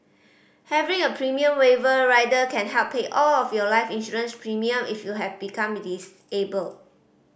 having a premium waiver rider can help pay all of your life insurance premium if you have become able